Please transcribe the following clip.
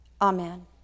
Amen